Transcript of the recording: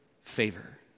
favor